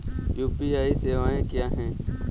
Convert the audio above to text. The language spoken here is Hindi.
यू.पी.आई सवायें क्या हैं?